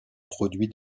produits